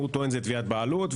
שטוענים על זה תביעת בעלות,